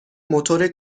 موتور